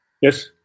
Yes